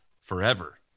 forever